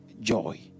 joy